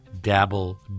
Dabble